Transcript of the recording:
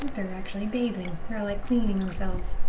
they're actually bathing. like cleaning themselves.